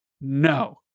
No